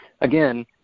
again